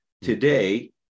today